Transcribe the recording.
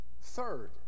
third